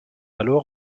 alors